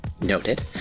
noted